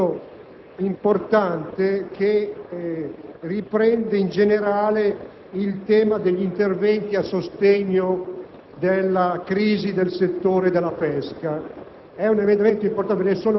gli accordi di pace ed altri interventi molto importanti che riguardano la partecipazione italiana al sostegno ai Paesi in via di sviluppo. Con riferimento agli accordi di pace,